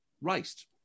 raced